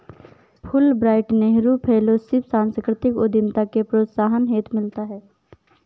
Fulbright Nehru fellowship सांस्कृतिक उद्यमिता के प्रोत्साहन हेतु मिलता है